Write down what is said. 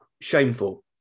shameful